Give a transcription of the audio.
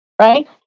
Right